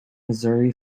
missouri